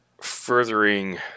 furthering